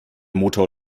motor